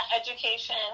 education